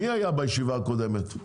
מי היה בישיבה הקודמת?